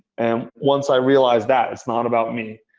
and once i realized that, it's not about me.